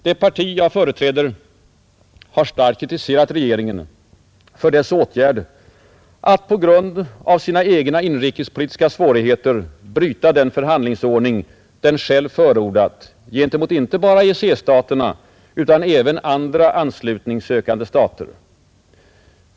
Det parti jag företräder har starkt kritiserat regeringen för dess åtgärd att på grund av sina egna inrikespolitiska svårigheter bryta den förhandlingsordning den själv förordat gentemot inte bara EEC staterna utan även andra anslutningssökande stater.